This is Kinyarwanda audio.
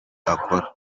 akora